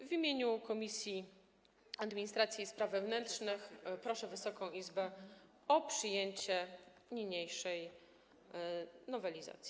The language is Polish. W imieniu Komisji Administracji i Spraw Wewnętrznych proszę Wysoką Izbę o przyjęcie niniejszej nowelizacji.